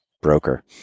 broker